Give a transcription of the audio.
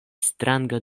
stranga